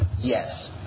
Yes